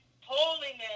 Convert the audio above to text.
holiness